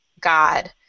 God